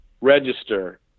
register